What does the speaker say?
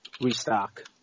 restock